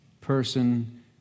person